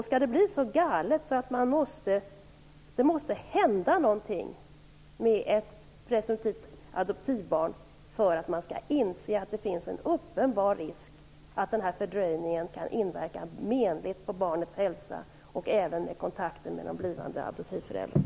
Skall det bli så galet att det måste hända någonting med ett presumtivt adoptivbarn för att man skall inse att det finns en uppenbar risk för att den här fördröjningen kan inverka menligt på barnets hälsa och även på kontakten med de blivande adoptivföräldrarna?